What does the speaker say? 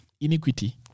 Iniquity